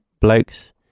blokes